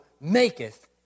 maketh